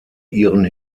ihren